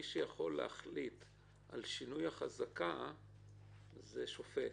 מי שיכול להחליט על שינוי החזקה הוא שופט.